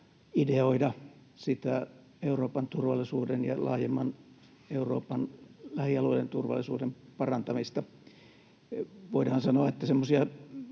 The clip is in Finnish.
ideoida Euroopan turvallisuuden ja laajemman, Euroopan lähialueiden turvallisuuden parantamista. Voidaan sanoa, että semmoisia